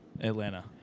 Atlanta